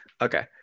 Okay